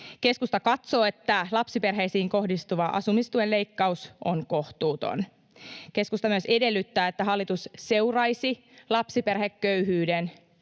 Keskusta katsoo, että lapsiperheisiin kohdistuva asumistuen leikkaus on kohtuuton. Keskusta myös edellyttää, että hallitus seuraisi lapsiperheköyhyyden